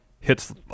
Hits